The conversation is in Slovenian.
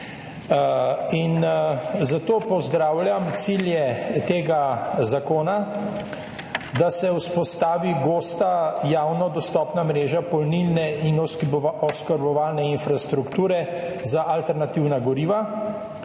in zato pozdravljam cilje tega zakona, da se vzpostavi gosta javno dostopna mreža polnilne in oskrbovalne infrastrukture za alternativna goriva